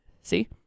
see